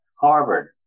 Harvard